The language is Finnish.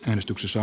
äänestyksessä